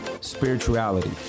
spirituality